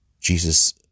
Jesus